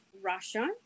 Russia